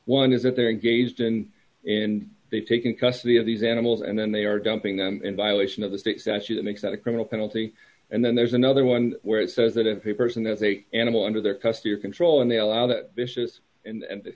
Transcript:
one is that they're engaged in and they've taken custody of these animals and then they are dumping them in violation of the six that's you that makes that a criminal penalty and then there's another one where it says that if a person that they animal under their custody or control and they allow that vicious and